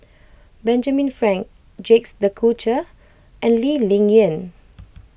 Benjamin Frank Jacques De Coutre and Lee Ling Yen